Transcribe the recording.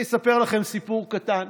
אני אספר לכם סיפור קטן.